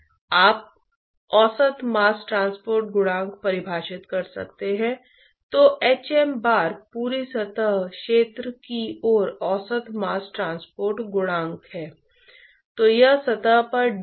आइए हम स्थान कहते हैं 1 हीट ट्रांसपोर्ट का प्रवाह क्या है